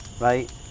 right